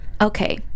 Okay